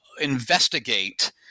investigate